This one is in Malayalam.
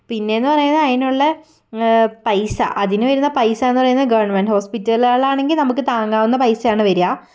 പിന്നെയെന്നു പറയുന്നത് അതിനുള്ള പൈസ അതിനു വരുന്ന പൈസയെന്നു പറയുന്നത് ഗവൺമെൻറ്റ് ഹോസ്പിറ്റലുകളാണെങ്കിൽ നമുക്ക് താങ്ങാവുന്ന പൈസയാണ് വരുക